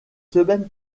semaines